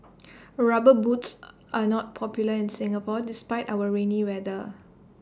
rubber boots are not popular in Singapore despite our rainy weather